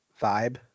vibe